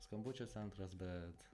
skambučių centras bet